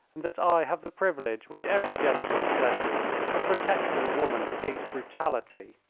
and that i have the privilege which every gentleman possesses of protecting a woman against brutality.